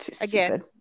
Again